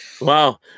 Wow